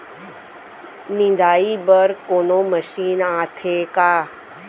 निंदाई बर कोनो मशीन आथे का?